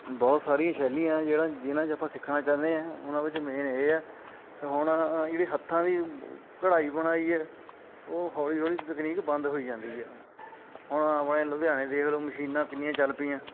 ਬਹੁਤ ਸਾਰੀਆਂ ਸ਼ੈਲੀਆਂ ਹੈ ਜਿਹੜਾ ਜਿਹਨਾਂ 'ਚ ਆਪਾਂ ਸਿੱਖਣਾ ਚਾਹੁੰਦੇ ਹਾਂ ਉਹਨਾਂ ਵਿੱਚ ਮੇਨ ਇਹ ਹੈ ਹੁਣ ਜਿਹੜੀ ਹੱਥਾਂ ਦੀ ਕਢਾਈ ਬੁਣਾਈ ਹੈ ਉਹ ਹੌਲੀ ਹੌਲੀ ਤਕਨੀਕ ਬੰਦ ਹੋਈ ਜਾਂਦੀ ਆ ਹੁਣ ਆਪਣੇ ਲੁਧਿਆਣੇ ਦੇਖ ਲਓ ਮਸ਼ੀਨਾਂ ਕਿੰਨੀਆਂ ਚੱਲ ਪਈਆਂ